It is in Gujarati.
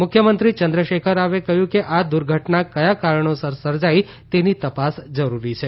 મુખ્યમંત્રી ચંદ્રશેખર રાવે કહયું કે આ દુર્ધટના કયા કારણોસર સર્જાઇ તેની તપાસ જરૂરી છે